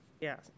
Yes